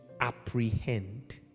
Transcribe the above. apprehend